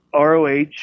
ROH –